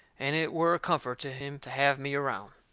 and it were a comfort to him to have me around.